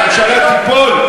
הממשלה תיפול?